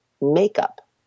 makeup